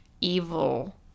evil